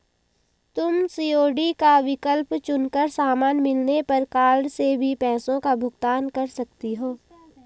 तुम सी.ओ.डी का विकल्प चुन कर सामान मिलने पर कार्ड से भी पैसों का भुगतान कर सकती हो